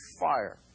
fire